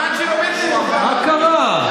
מה קרה?